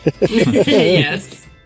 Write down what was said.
Yes